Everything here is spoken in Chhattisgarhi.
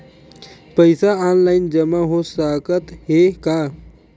पईसा ऑनलाइन जमा हो साकत हे का?